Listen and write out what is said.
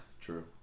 true